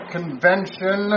Convention